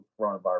coronavirus